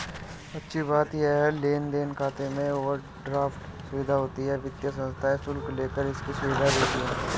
अच्छी बात ये है लेन देन खाते में ओवरड्राफ्ट सुविधा होती है वित्तीय संस्थाएं शुल्क लेकर इसकी सुविधा देती है